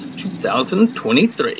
2023